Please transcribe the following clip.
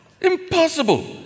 Impossible